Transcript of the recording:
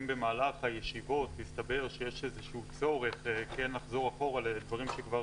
אם במהלך הישיבות יסתבר שיש איזשהו צורך כן לחזור אחורה לדברים שכבר